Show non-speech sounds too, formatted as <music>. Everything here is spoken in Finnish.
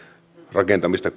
rakentamista <unintelligible>